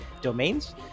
domains